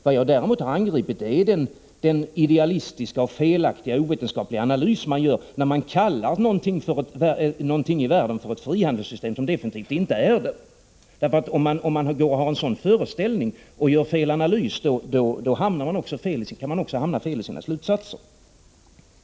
Vad jag däremot angripit är den idealistiska, felaktiga och ovetenskapliga analys som man gör, när man kallar någonting i världen för frihandelssystem, trots att det definitivt inte rör sig om något sådant. Om man har en dylik föreställning och gör fel analys, kan man också hamna fel i sina slutsatser.